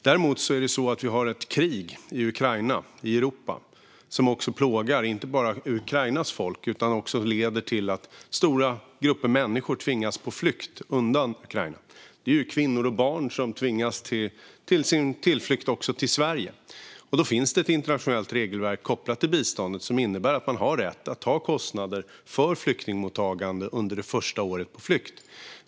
Däremot har vi ett krig i Ukraina, i Europa, som inte bara plågar Ukrainas folk utan som också leder till att stora grupper människor tvingas på flykt undan Ukraina. Det är kvinnor och barn som tvingas ta sin tillflykt också till Sverige. Då finns det ett internationellt regelverk kopplat till biståndet som innebär att man har rätt att ta kostnader för flyktingmottagande under det första året på flykt från biståndet.